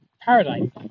paradigm